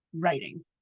writing